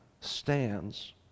stands